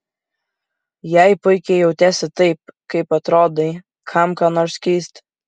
jei puikiai jautiesi taip kaip atrodai kam ką nors keisti